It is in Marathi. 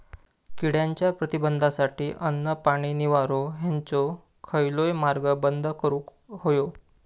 किड्यांच्या प्रतिबंधासाठी अन्न, पाणी, निवारो हेंचो खयलोय मार्ग बंद करुक होयो